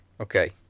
Okay